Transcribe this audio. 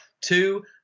Two